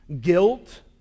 guilt